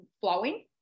flowing